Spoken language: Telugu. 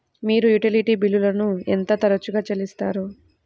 మీరు యుటిలిటీ బిల్లులను ఎంత తరచుగా చెల్లిస్తారు?